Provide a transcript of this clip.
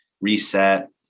reset